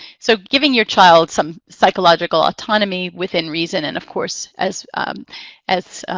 so giving your child some psychological autonomy within reason and of course as as